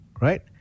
Right